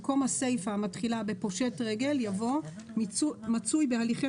במקום הסיפא המתחילה ב-"פושט רגל" יבוא "מצוי בהליכי